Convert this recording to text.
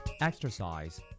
Exercise